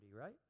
right